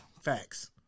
facts